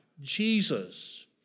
Jesus